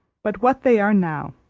but what they are now